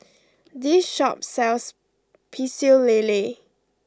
this shop sells Pecel Lele